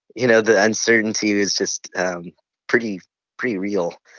you know, the uncertainty is just um pretty pretty real.